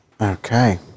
Okay